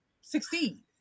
succeed